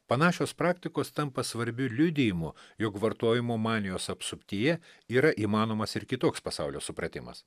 panašios praktikos tampa svarbiu liudijimu jog vartojimo manijos apsuptyje yra įmanomas ir kitoks pasaulio supratimas